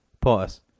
Pause